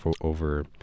over